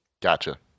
Gotcha